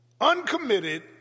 uncommitted